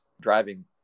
driving